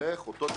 אותו יש לרפא,